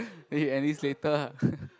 then you enlist later ah